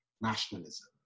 nationalism